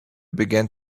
began